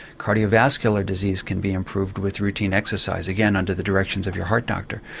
cardiovascular disease can be improved with routine exercise again, under the directions of your heart doctor.